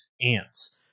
ants